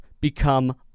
become